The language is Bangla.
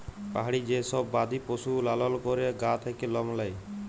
পাহাড়ি যে সব বাদি পশু লালল ক্যরে গা থাক্যে লম লেয়